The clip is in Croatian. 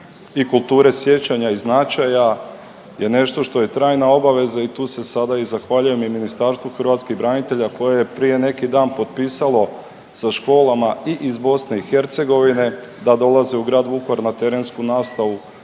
i kulture sjećanja i značaja je nešto što je trajna obaveza i tu se sada i zahvaljujem Ministarstvu hrvatskih branitelja koje je prije neki dan potpisalo sa školama i iz BiH da dolaze u grad Vukovar na terensku nastavu.